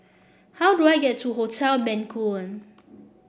how do I get to Hotel Bencoolen